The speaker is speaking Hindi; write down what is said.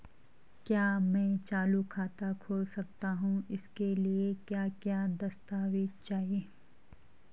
क्या मैं चालू खाता खोल सकता हूँ इसके लिए क्या क्या दस्तावेज़ चाहिए?